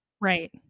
Right